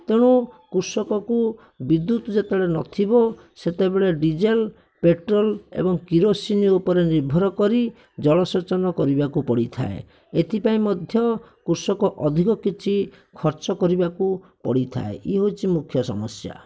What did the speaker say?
ତେଣୁ କୃଷକକୁ ବିଦ୍ୟୁତ ଯେତେବେଳେ ନଥିବ ସେତେବେଳେ ଡିଜେଲ୍ ପେଟ୍ରୋଲ ଏବଂ କିରୋସିନ ଉପରେ ନିର୍ଭର କରି ଜଳସେଚନ କରିବାକୁ ପଡ଼ିଥାଏ ଏଥିପାଇଁ ମଧ୍ୟ କୃଷକ ଅଧିକ କିଛି ଖର୍ଚ୍ଚ କରିବାକୁ ପଡ଼ିଥାଏ ଇଏ ହେଉଛି ମୁଖ୍ୟ ସମସ୍ୟା